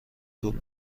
طول